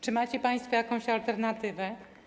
Czy macie państwo jakąś alternatywę?